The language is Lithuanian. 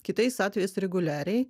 kitais atvejais reguliariai